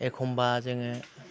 एखमब्ला जोंङो